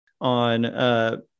on